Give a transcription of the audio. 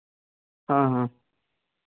हाँ हाँ